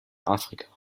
afrika